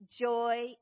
joy